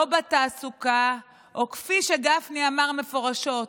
לא בתעסוקה, או כפי שגפני אמר מפורשות: